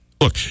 look